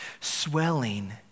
swelling